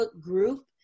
group